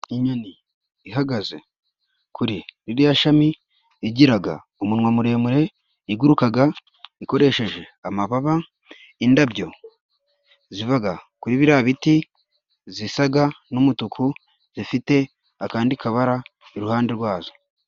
Inyoni ihagaze kuri ririya shami igiraga umunwa muremure, igurukaga ikoresheje amababa, indabyo zivaga kuri biriya biti zisaga n'umutuku zifite akandi kabara iruhande rwazo.